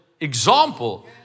example